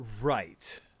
Right